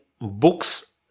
books